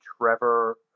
Trevor